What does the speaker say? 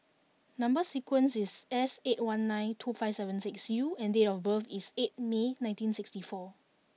number sequence is S eight one nine two five seven six U and date of birth is eight May nineteen sixty four